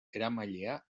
eramailea